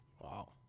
Wow